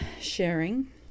sharing